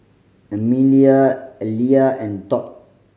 Amelia Aleah and Todd